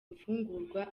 mfungurwa